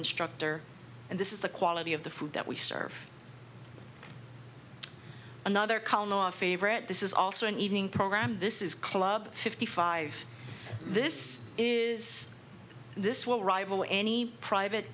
instructor and this is the quality of the food that we serve another call now our favorite this is also an evening program this is club fifty five this is this will rival any private